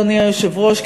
אדוני היושב-ראש,